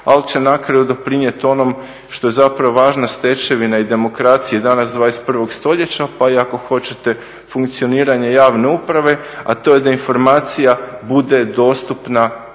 ali će na kraju doprinijeti onom što je zapravo važna stečevina i demokracije danas 21. stoljeća pa i ako hoćete funkcioniranje javne uprave, a to je da informacija bude dostupna